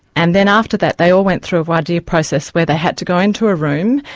and then after that, they all went through a voir dire process where they had to go into a room,